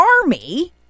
Army